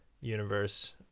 universe